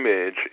image